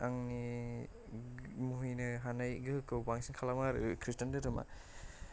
आंनि मुहिनो हानाय गोहोखौ बांसिन खालामो आरो खृषटान धोरोमा